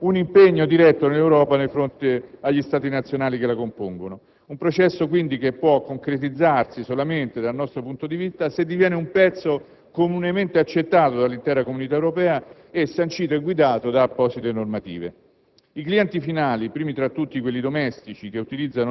avanzi, ma nella reciprocità e attraverso un impegno diretto dell'Europa nei confronti degli Stati nazionali che la compongono. Un processo, quindi, che può concretizzarsi solamente (dal nostro punto di vista) se diviene un pezzo comunemente accettato dall'intera Unione Europea e sancito e guidato da apposite normative.